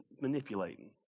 manipulating